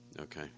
Okay